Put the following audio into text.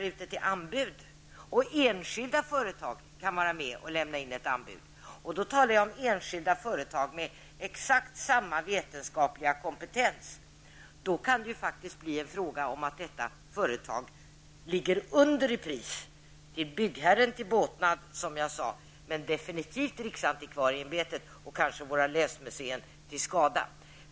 Men när det sker anbudsgivning, och enskilda företag kan vara med och lämna anbud -- och jag talar här om enskilda företag med exakt samma vetenskapliga kompetens som myndigheten -- kan det bli fråga om att ett företag ligger under i pris, vilket är byggherren till båtnad, som jag tidigare sade, men definitivt riksantikvarieämbetet och kanske våra länsmuseer till skada.